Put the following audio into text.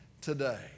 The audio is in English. today